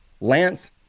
Lance